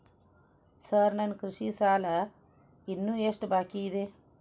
Sir ನನ್ನ ಕೃಷಿ ಸಾಲ ಇನ್ನು ಎಷ್ಟು ಬಾಕಿಯಿದೆ?